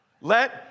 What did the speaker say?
Let